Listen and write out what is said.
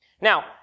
now